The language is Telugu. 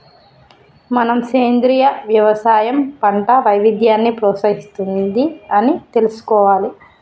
మనం సెంద్రీయ యవసాయం పంట వైవిధ్యాన్ని ప్రోత్సహిస్తుంది అని తెలుసుకోవాలి